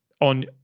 on